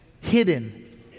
hidden